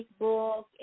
Facebook